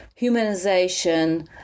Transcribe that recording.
humanization